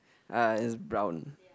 uh is brown